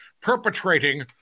perpetrating